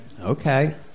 Okay